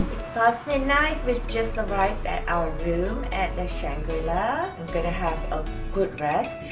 it's pass midnight, we've just arrived at our room at the shangri-la i'm gonna have a good rest